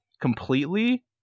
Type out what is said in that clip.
completely